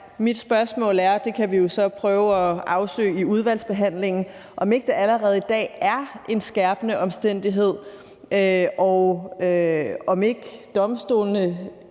Mit spørgsmål er, og det kan vi så prøve at afsøge i udvalgsbehandlingen, om det ikke allerede i dag er en skærpende omstændighed, og om domstolene